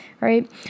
Right